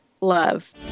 love